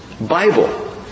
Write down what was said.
Bible